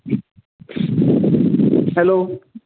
hello